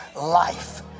life